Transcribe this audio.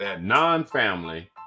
non-family